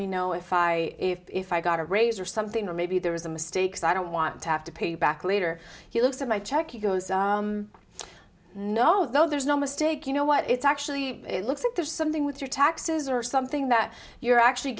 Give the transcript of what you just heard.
me know if i if i got a raise or something or maybe there was a mistake so i don't want to have to pay you back later he looked at my check you go no there's no mistake you know what it's actually looks like there's something with your taxes or something that you're actually